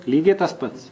lygiai tas pats